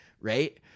right